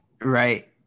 Right